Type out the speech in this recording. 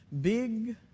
big